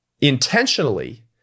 intentionally